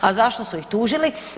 A zašto su ih tužili?